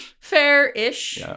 Fair-ish